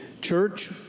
Church